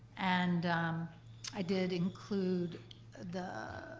and i did include the.